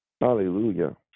Hallelujah